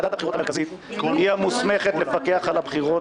ועדת הבחירות המרכזית היא המוסמכת לפקח על הבחירות.